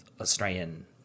Australian